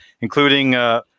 including